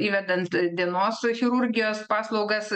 įvedant dienos chirurgijos paslaugas